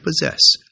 possess